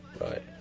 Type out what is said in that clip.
Right